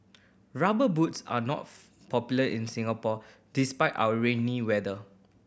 Rubber Boots are not popular in Singapore despite our rainy weather